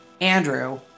Andrew